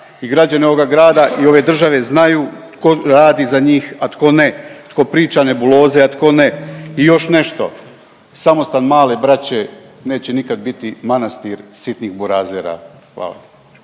građani ovoga grada i ove države znaju ko radi za njih, a tko ne, tko priča nebuloze, a tko ne. I još nešto, Samostan Male Braće neće nikad biti manastir sitnih burazera, hvala.